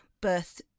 birth